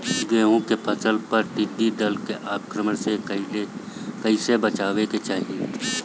गेहुँ के फसल पर टिड्डी दल के आक्रमण से कईसे बचावे के चाही?